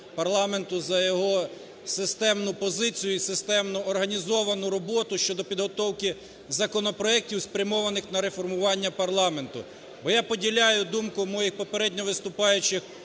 за його системну пропозицію і системну організовану роботу щодо підготовки законопроектів, спрямованих на реформування парламенту. Бо я поділяю думку моїх попередньо виступаючих